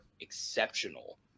exceptional